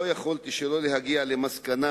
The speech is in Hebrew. לא יכולתי שלא להגיע למסקנה